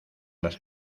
las